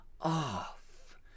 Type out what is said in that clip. off